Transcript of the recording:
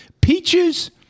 peaches